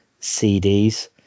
CDs